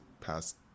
past